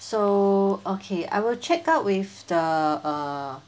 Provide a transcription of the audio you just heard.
so okay I will check out with the err